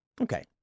Okay